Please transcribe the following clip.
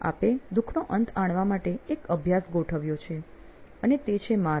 આપે દુખનો અંત આણવા માટે એક અભ્યાસ ગોઠવ્યો છે અને તે છે માર્ગ